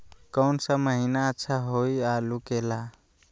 कौन सा महीना अच्छा होइ आलू के ला?